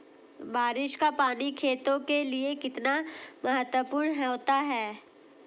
बारिश का पानी खेतों के लिये कितना महत्वपूर्ण होता है?